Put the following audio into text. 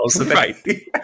Right